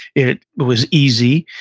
it was easy,